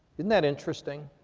isn't that interesting?